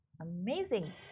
Amazing